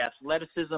athleticism